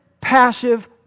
passive